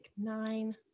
nine